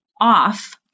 off